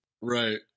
right